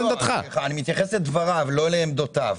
אני מתייחס לדבריו ולא לעמדותיו.